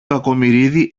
κακομοιρίδη